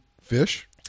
fish